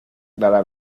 clara